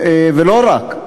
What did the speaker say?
ולא רק,